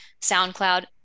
SoundCloud